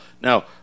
Now